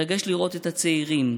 מרגש לראות את הצעירים,